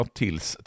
tills